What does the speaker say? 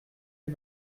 les